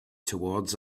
towards